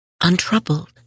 untroubled